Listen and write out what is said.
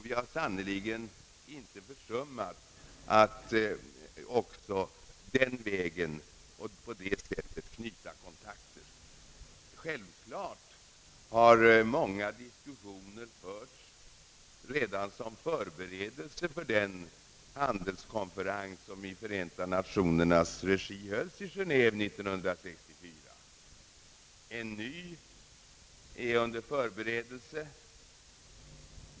Vi har sannerligen inte försummat att också den vägen och på det sättet knyta kontakter. Självklart fördes diskussioner som förberedelser för den handelskonferens som 1 Förenta Nationernas regi hölls i Geneve 1964. En ny är under förberedelse.